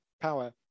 power